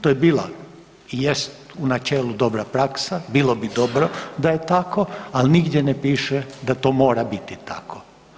To je bila i jest u načelu dobra praksa, bilo bi dobro da je tako, ali nigdje ne piše da to mora biti tako.